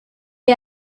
est